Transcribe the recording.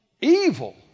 Evil